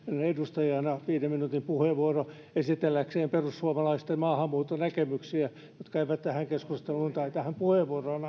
edustajana viiden minuutin puheenvuoro esitelläkseen perussuomalaisten maahanmuuttonäkemyksiä jotka eivät tähän keskusteluun tai ainakaan tähän puheenvuoroon